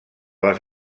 les